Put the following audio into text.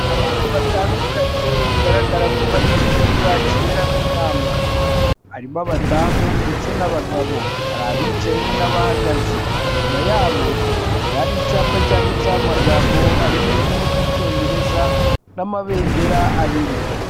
Abantu batandukanye bigaragara ko bari mu cyumba kiberamo inama harimo abadamu ndetse n'abagabo hari abicaye n'abahagaze inyuma yabo hakaba hari icyapa cyanditseho amagambo ari mu rurimi rw'icyongereza n'amabendera abiri.